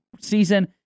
season